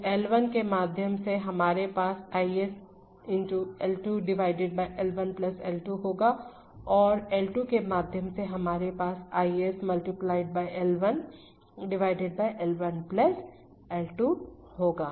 तो L1 के माध्यम से हमारे पास I s × L 2 L 1 L 2 होगा और L2के माध्यम से हमारे पास I s × L 1 L 1 L 2 होगा